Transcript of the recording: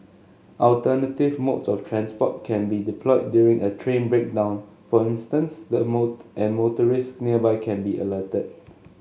alternative modes of transport can be deployed during a train breakdown for instance that more and motorists nearby can be alerted